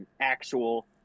actual